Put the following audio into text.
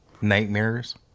nightmares